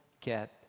get